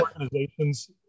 Organizations